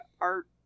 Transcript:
art